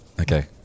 Okay